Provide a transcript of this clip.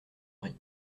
brie